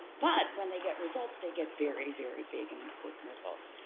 but, when they get results, they get very, very big and important results.